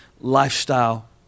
lifestyle